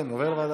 נעבור להצעות